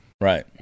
Right